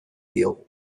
diogu